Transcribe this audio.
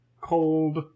cold